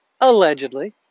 allegedly